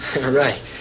Right